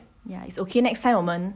ya it's okay next time 我们